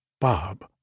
Bob